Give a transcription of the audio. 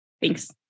Thanks